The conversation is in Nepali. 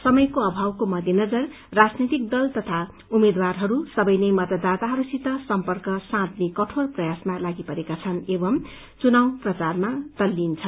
समयको अभाव मध्यनजर राजनैतिक दल तथा उम्मेद्वारहरू सबै नै मतदाताहरूसित सम्पर्क साँध्ने कठोर प्रयासमा लागिपरेका छन् एवं चुनाव प्रचारमा व्यस्त छन्